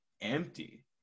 empty